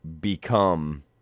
become